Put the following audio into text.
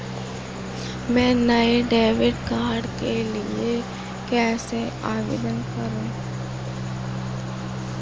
मैं नए debit card के लिए कैसे आवेदन करूं?